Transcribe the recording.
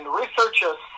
researchers